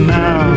now